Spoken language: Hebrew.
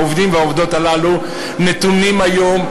העובדים והעובדות הללו נתונים היום לכפייה,